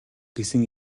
гэсэн